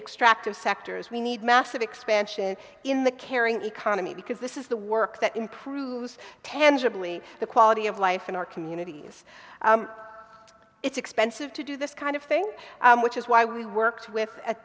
extractive sectors we need massive expansion in the caring economy because this is the work that improves tangibly the quality of life in our communities it's expensive to do this kind of thing which is why we worked with a